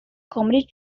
comedy